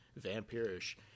vampirish